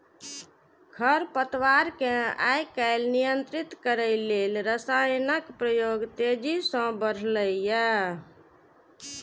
खरपतवार कें आइकाल्हि नियंत्रित करै लेल रसायनक प्रयोग तेजी सं बढ़लैए